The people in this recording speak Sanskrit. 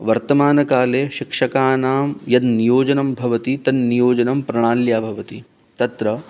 वर्तमानकाले शिक्षकाणां यन्नियोजनं भवति तन्नियोजनं प्रणाल्या भवन्ति तत्र